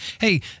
Hey